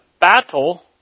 battle